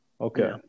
Okay